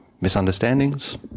misunderstandings